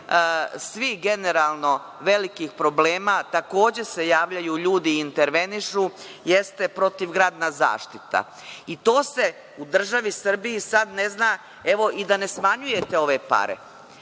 svi generalno velikih problema, takođe se javljaju ljudi i intervenišu, jeste protivgradna zaštita i to se u državi Srbiji sada ne zna. Evo i da ne smanjujete ove pare,